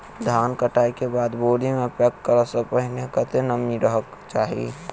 धान कटाई केँ बाद बोरी मे पैक करऽ सँ पहिने कत्ते नमी रहक चाहि?